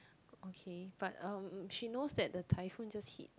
okay but um she knows that the typhoon just hit